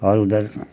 और उधर